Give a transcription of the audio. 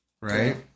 Right